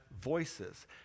voices